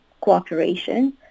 cooperation